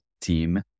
team